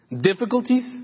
difficulties